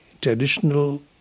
traditional